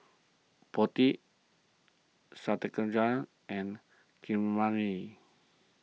Potti Satyendra and Keeravani